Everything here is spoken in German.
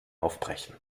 aufbrechen